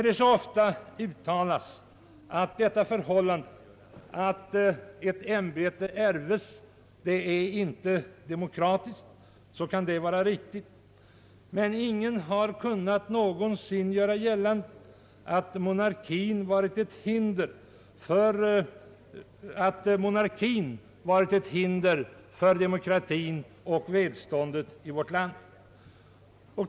Det kan vara riktigt, som det så ofta säges, att det inte är demokratiskt att ett ämbete ärvs, men ingen har någonsin kunnat göra gällande att monarkien varit ett hinder för demokratien och välståndet i vårt land.